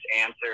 answer